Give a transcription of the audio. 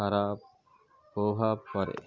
খারাপ প্রভাব পড়ে